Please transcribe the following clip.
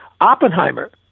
Oppenheimer